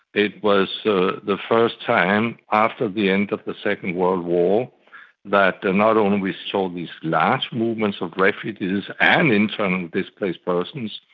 it was the the first time after the end of the second world war that not only we saw these large movements of refugees and internally displaced persons,